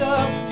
up